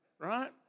Right